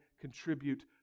contribute